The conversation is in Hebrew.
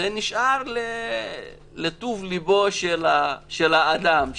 זה נשאר לטוב ליבו של האדם,